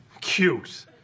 Cute